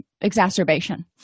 exacerbation